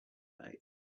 made